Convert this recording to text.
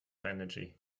energy